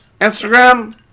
Instagram